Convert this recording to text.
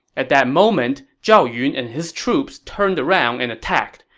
at that moment, zhao yun and his troops turned around and attacked.